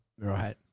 Right